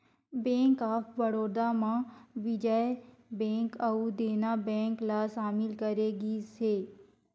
bank of Baroda म Vijaya bank अउ Dena bank ल सामिल करे गिस हे